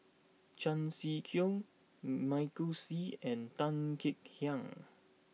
Chan Sek Keong Michael Seet and Tan Kek Hiang